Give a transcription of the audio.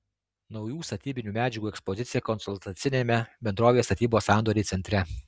naujų statybinių medžiagų ekspozicija konsultaciniame bendrovės statybos sandoriai centre